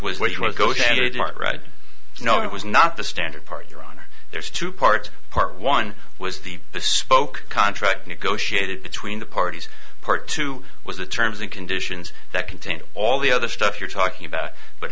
was which was go right no it was not the standard part your honor there's two parts part one was the spoke contract negotiated between the parties part two was the terms and conditions that contained all the other stuff you're talking about but